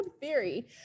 theory